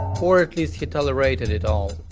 or at least he tolerated it all.